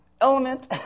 Element